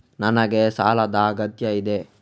ನನಗೆ ಸಾಲದ ಅಗತ್ಯ ಇದೆ?